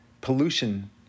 pollution